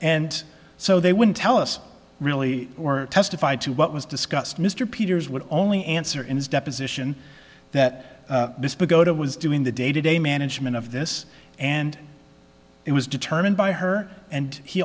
and so they wouldn't tell us really or testify to what was discussed mr peters would only answer in his deposition that misbah go to was doing the day to day management of this and it was determined by her and he